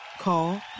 Call